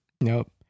Nope